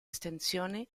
estensione